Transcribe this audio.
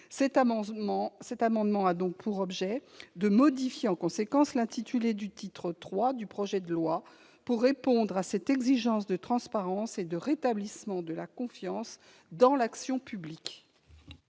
Cet amendement a donc pour objet de modifier l'intitulé du titre III du projet de loi, pour répondre à l'exigence de transparence et de rétablissement de la confiance dans l'action publique.